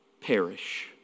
perish